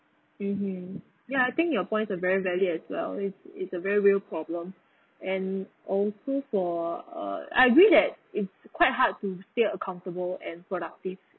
mmhmm ya I think your points are very valid as well it's it's a very real problem and also for err I agree that it's quite hard to stay uh comfortable and productive